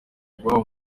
iwabo